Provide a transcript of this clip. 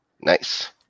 Nice